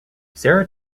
sara